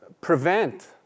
prevent